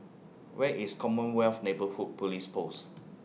Where IS Commonwealth Neighbourhood Police Post